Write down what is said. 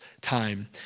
time